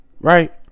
Right